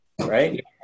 right